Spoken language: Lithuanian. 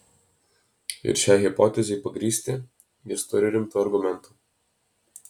ir šiai hipotezei pagrįsti jis turi rimtų argumentų